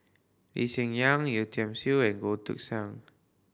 Lee Hsien Yang Yeo Tiam Siew and Goh Took Sang